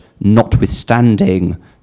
notwithstanding